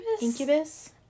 incubus